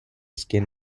skin